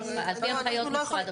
על פי הנחיות משרד הבריאות.